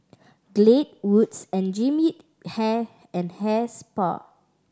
Glade Wood's and Jean Yip Hair and Hair Spa